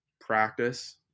practice